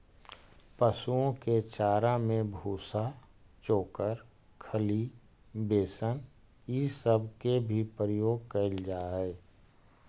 पशुओं के चारा में भूसा, चोकर, खली, बेसन ई सब के भी प्रयोग कयल जा हई